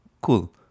Cool